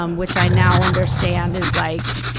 um which i now understand is like,